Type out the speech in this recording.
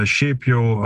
šiaip jau